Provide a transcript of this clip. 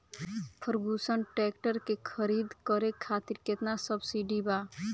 Ferguson tractor के खरीद करे खातिर केतना सब्सिडी बा?